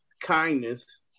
kindness